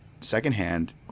secondhand